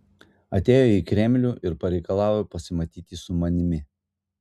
atėjo į kremlių ir pareikalavo pasimatyti su manimi